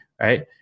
right